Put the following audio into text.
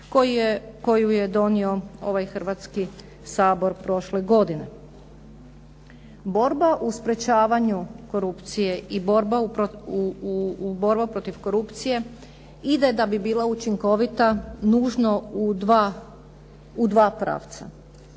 koju je donio ovaj Hrvatski sabor prošle godine. Borba u sprječavanju korupcije i borba protiv korupcije ide da bi bila učinkovita, nužno u dva pravca.